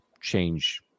change